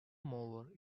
mower